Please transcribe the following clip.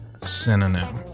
synonym